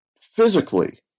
physically